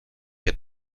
que